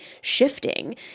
shifting